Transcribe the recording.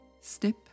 Step